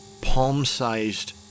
palm-sized